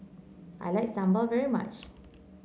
I like Sambar very much